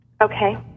Okay